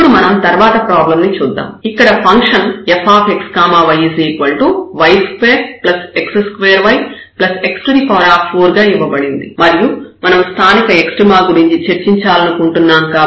ఇప్పుడు మనం తర్వాత ప్రాబ్లం ని చూద్దాం ఇక్కడ ఫంక్షన్ fx y y2x2yx4 గా ఇవ్వబడింది మరియు మనం స్థానిక ఎక్స్ట్రీమ గురించి చర్చించాలనుకుంటున్నాము